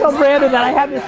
brandon that i had